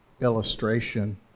illustration